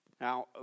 Now